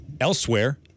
Elsewhere